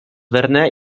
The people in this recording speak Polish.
verne’a